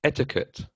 Etiquette